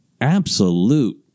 absolute